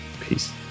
Peace